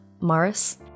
Morris